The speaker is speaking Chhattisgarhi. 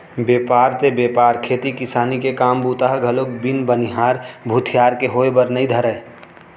बेपार ते बेपार खेती किसानी के काम बूता ह घलोक बिन बनिहार भूथियार के होय बर नइ धरय